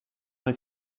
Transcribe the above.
m’a